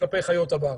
כלפי חיות הבר.